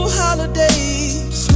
holidays